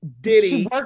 Diddy